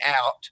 out